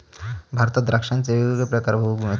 भारतात द्राक्षांचे वेगवेगळे प्रकार बघूक मिळतत